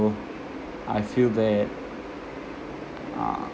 I feel that uh